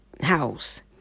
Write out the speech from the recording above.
house